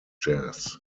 jazz